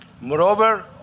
Moreover